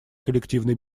коллективной